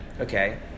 Okay